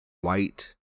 white